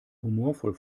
humorvoll